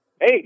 Hey